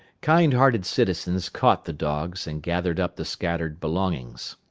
kind-hearted citizens caught the dogs and gathered up the scattered belongings.